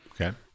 Okay